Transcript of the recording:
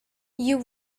you